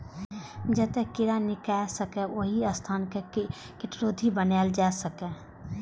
जतय कीड़ा नुकाय सकैए, ओहि स्थान कें कीटरोधी बनाएल जा सकैए